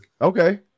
Okay